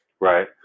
right